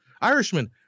irishman